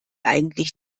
eigentlich